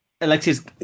Alexis